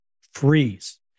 freeze